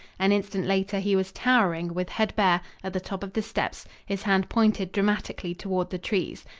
an instant later he was towering, with head bare, at the top of the steps, his hand pointed dramatically toward the trees.